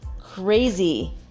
crazy